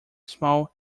small